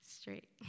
straight